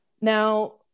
Now